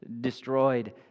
destroyed